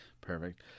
Perfect